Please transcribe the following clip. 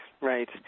right